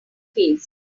faced